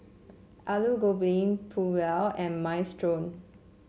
Alu Gobi Pulao and Minestrone